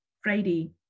friday